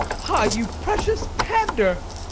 ah, you precious pander!